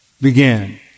began